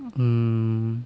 mm